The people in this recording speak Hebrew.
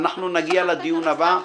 אנחנו נגיע לדיון הבא,